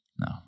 No